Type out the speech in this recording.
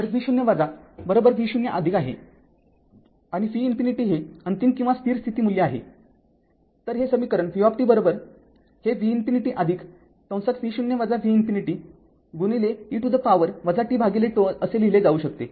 तर v0 v0आहे आणि v ∞ हे अंतिम किंवा स्थिर स्थिती मूल्य आहे तर हे समीकरण v हे v ∞ v0 v ∞ गुणिले e to the power tτ असे लिहिले जाऊ शकते